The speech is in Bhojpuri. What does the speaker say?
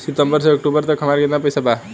सितंबर से अक्टूबर तक हमार कितना पैसा बा?